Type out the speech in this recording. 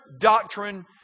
doctrine